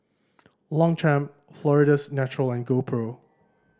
Longchamp Florida's Natural and GoPro